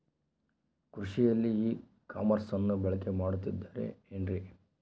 ಕೃಷಿಯಲ್ಲಿ ಇ ಕಾಮರ್ಸನ್ನ ಬಳಕೆ ಮಾಡುತ್ತಿದ್ದಾರೆ ಏನ್ರಿ?